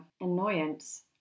annoyance